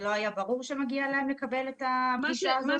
זה לא היה ברור שמגיע להם לקבל את הפגישה הזאת?